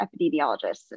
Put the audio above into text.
epidemiologists